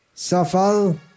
safal